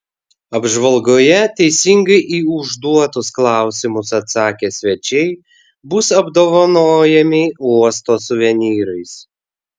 apžvalgoje teisingai į užduotus klausimus atsakę svečiai bus apdovanojami uosto suvenyrais